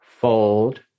Fold